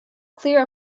clear